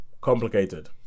complicated